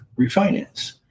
refinance